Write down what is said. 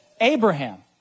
Abraham